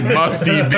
musty